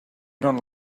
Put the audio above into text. don’t